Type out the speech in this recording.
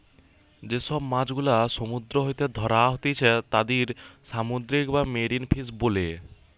যে সব মাছ গুলা সমুদ্র হইতে ধ্যরা হতিছে তাদির সামুদ্রিক বা মেরিন ফিশ বোলে